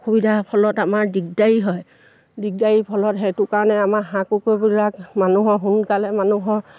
অসুবিধাৰ ফলত আমাৰ দিগদাৰী হয় দিগদাৰী ফলত সেইটো কাৰণে আমাৰ হাঁহ কুকুৰাবিলাক মানুহৰ সোনকালে মানুহৰ